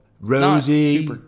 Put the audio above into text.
Rosie